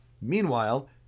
Meanwhile